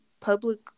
public